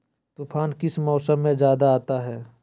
तूफ़ान किस मौसम में ज्यादा आता है?